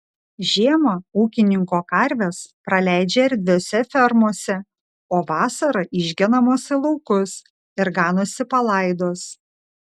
žiemą ūkininko karvės praleidžia erdviose fermose o vasarą išgenamos į laukus ir ganosi palaidos